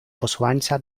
posłańca